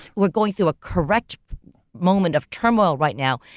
we're going through a correct moment of turmoil right now,